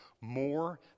more